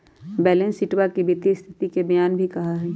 balance शीटवा के वित्तीय स्तिथि के बयान भी कहा हई